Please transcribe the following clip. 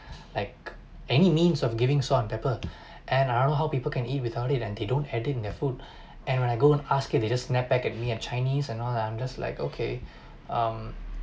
like any means of giving salt and pepper and I don't know how people can eat without it and they don't add in their food and when I go and ask it they just snap back at me in chinese and all that I'm just like okay um